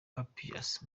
papias